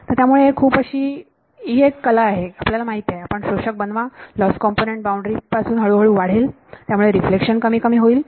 तर यामध्ये खूप अशी कला आहे आपल्याला माहित आहे आपण शोषक बनवा लॉस कंपोनंट बाउंड्री पासून हळूहळू वाढेल त्यामुळे रिफ्लेक्शन कमी कमी होईल